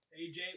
AJ